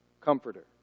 comforter